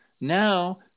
Now